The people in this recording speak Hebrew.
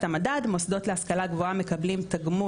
נוכל לקבל העתק כדי